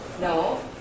No